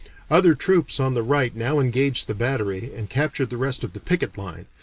other troops on the right now engaged the battery and captured the rest of the picket line,